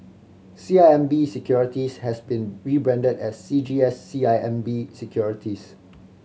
C I M B Securities has been rebranded as C G S C I M B Securities